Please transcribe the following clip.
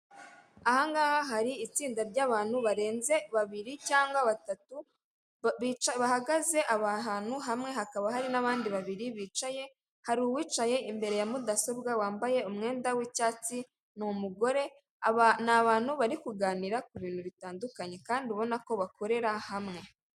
Ahangaha hari itsinda ryabantu barenze babiri cyangwa batatu bahagaze ahantu hamwe hakaba hari nabandi babiri bicaye hari uwicaye imbere ya mudasobwa wambaye umwenda w'icyatsi ni umugore aba ni abantu bari kuganira ku bintu bitandukanye kandi ubona ko bakorera hamwe.